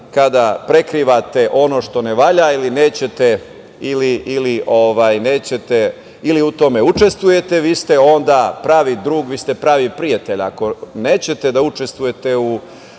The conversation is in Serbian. kada prekrivate ono što ne valja ili nećete, ili u tome učestvujete, vi ste onda pravi drug, vi ste pravi prijatelj, ako nećete da učestvujete u